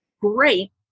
great